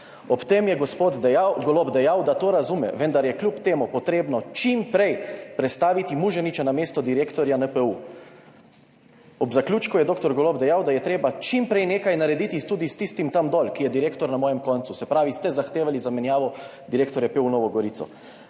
Ob tem je gospod Golob dejal, da to razume, vendar je kljub temu potrebno čim prej prestaviti Muženiča na mesto direktorja NPU. Ob zaključku je dr. Golob dejal, da je treba čim prej nekaj narediti tudi s tistim tam dol, ki je direktor na mojem koncu.« Se pravi, ste zahtevali zamenjavo direktorja PU v Novo Gorico.